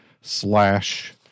slash